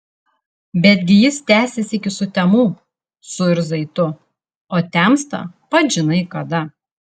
betgi jis tęsis iki sutemų suirzai tu o temsta pats žinai kada